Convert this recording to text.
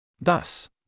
Thus